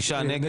תשעה נגד.